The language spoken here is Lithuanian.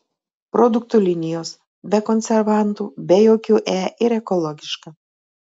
produktų linijos be konservantų be jokių e ir ekologiška